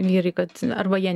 vyrai kad arba jie